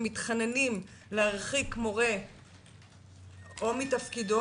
שמתחננים להרחיק מורה מתפקידו,